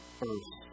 first